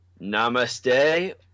Namaste